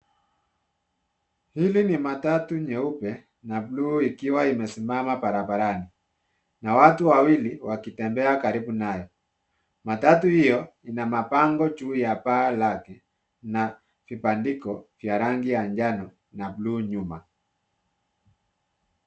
Hili ni matatu jeupe na bluu, ikiwa imesima barabarani, na watu wawili wakitembea karibu nayo. Matatu hiyo ina mabango juu ya paa yake, na kibandiko ya rangi ya njano na bluu nyuma.